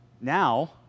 now